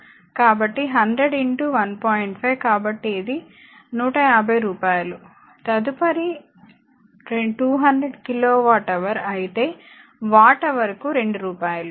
5 కాబట్టి ఇది 150 రూపాయలు తదుపరి 200 కిలో వాట్ హవర్ అయితే వాట్ హవర్ కు 2 రూపాయలు